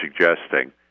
suggesting